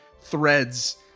threads